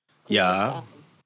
so yeah